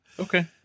Okay